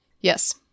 Yes